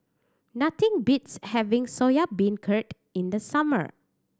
nothing beats having Soya Beancurd in the summer